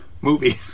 movie